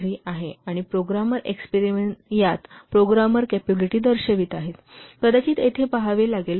13 आहे आणि programmer experience यात प्रोग्रामर कॅपॅबिलिटी दर्शवित आहे कदाचित येथे पहावे लागेल